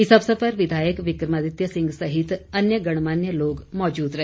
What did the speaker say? इस अवसर पर विधायक विक्रमादित्य सिंह सहित अन्य गणमान्य लोग मौजूद रहे